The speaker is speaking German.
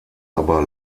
aber